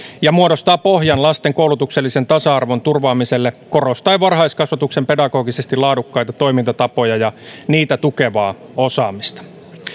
ja muodostaa pohjan lasten koulutuksellisen tasa arvon turvaamiselle korostaen varhaiskasvatuksen pedagogisesti laadukkaita toimintatapoja ja niitä tukevaa osaamista